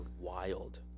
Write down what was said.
wild